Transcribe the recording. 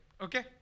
Okay